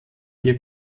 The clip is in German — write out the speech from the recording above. ihr